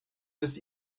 bis